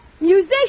Musician